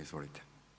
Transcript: Izvolite.